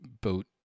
boat